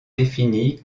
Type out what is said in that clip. défini